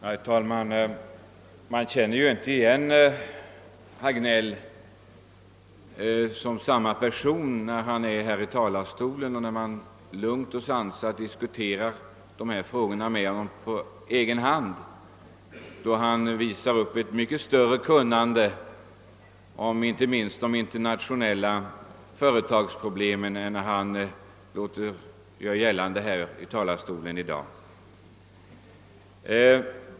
Herr talman! Man känner inte igen herr Hagnell som samma person när han står här i talarstolen och när man lugnt och sansat diskuterar dessa frågor med honom på egen hand. I det senare fallet visar han upp ett mycket större kunnande inte minst om de internationella företagsproblemen än han gjort i talarstolen i dag.